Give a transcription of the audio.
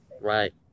Right